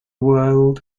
world